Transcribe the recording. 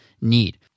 need